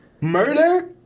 Murder